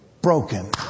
broken